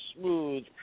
smooth